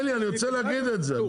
אני רוצה להגיד את זה.